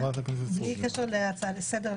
בלי קשר להצעה לסדר,